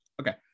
okay